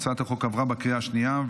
הצעת החוק עברה בקריאה השנייה.